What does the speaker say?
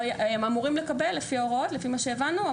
הם אמורים לקבל לפי מה שהבנו מההוראות.